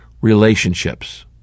Relationships